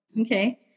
Okay